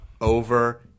over